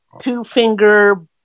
two-finger